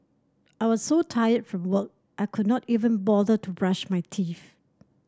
I was so tired from work I could not even bother to brush my teeth